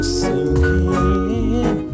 sinking